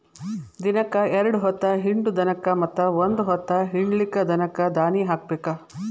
ದಿನಕ್ಕ ಎರ್ಡ್ ಹೊತ್ತ ಹಿಂಡು ದನಕ್ಕ ಮತ್ತ ಒಂದ ಹೊತ್ತ ಹಿಂಡಲಿದ ದನಕ್ಕ ದಾನಿ ಹಾಕಬೇಕ